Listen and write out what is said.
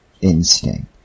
instinct